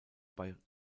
bei